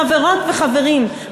חברות וחברים,